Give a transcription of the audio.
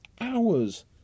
hours